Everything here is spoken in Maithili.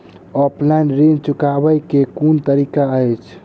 ऑफलाइन ऋण चुकाबै केँ केँ कुन तरीका अछि?